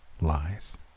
lies